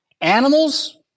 animals